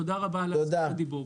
תודה רבה על זכות הדיבור.